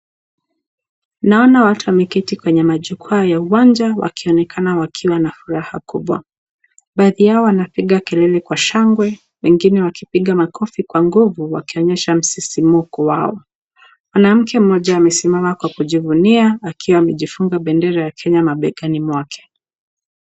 Naona watu wakiwa wameketi kwenye majukwa ya uwanja wakionekana wakiwa na furaha kubwa, baadhi yao wanafuraha kubwa baadhi yao wanapiga kelele kwa shangwe wengine wakipa makofi kwa nguvu wakionyesha msisimko wao. Mwanamke mmoja amesimama kwa kujivunia akiwa amejifunga bendera ya kenya mabegani mwake.